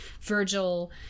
virgil